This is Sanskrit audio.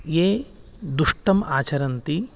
ये दुष्टम् आचरन्ति